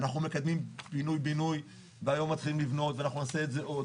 אנחנו מקדמים פינוי בינוי והיום מתחילים לבנות ואנחנו נעשה את זה עוד,